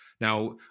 Now